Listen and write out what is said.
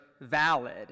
valid